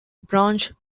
branched